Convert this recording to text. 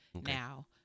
Now